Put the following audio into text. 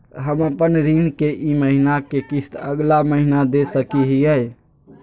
हम अपन ऋण के ई महीना के किस्त अगला महीना दे सकी हियई?